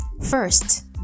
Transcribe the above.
first